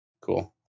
Cool